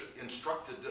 instructed